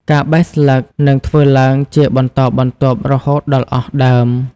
ការបេះស្លឹកនឹងធ្វើឡើងជាបន្តបន្ទាប់រហូតដល់អស់ដើម។